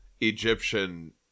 Egyptian